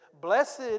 Blessed